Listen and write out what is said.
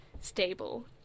stable